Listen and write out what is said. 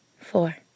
four